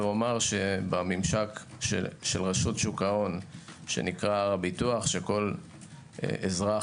בממשק של רשות שוק ההון שנקרא ביטוח שכל אזרח